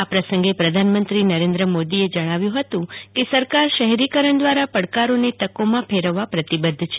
આ પ્રસંગે પ્રધાનમંત્રી નરેન્દ્ર મોદીએ જણાવ્યું હતું કે સરકાર શહેરીકરણ દ્વારા પડકારોને તકોમાં ફરેવવા પ્રતિબદ્ધ છે